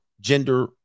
gender